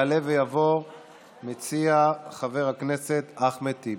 מס' 1670. יעלה ויבוא המציע, חבר הכנסת אחמד טיבי.